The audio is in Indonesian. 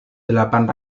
delapan